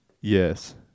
Yes